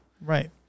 Right